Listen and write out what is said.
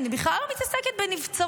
אני בכלל לא מתעסקת בנבצרות.